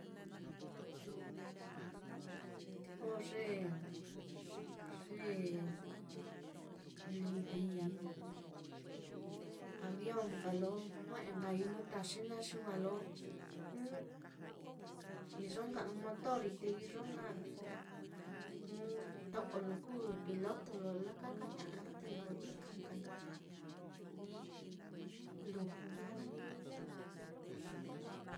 Te ko ye-ye livi, ye avion nka lo jue'e nkai nuu taxi naá xi wa lo ju iyo nka ɨ́ɨ́n motor te iyo nka ɨ́ɨ́n ɨ́ɨ́n to'o lo kuu piloto lo lakakaña'a naá te lo ika nkai nuu luju nka naá.